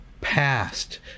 past